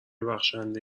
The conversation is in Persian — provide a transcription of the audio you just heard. بخشنده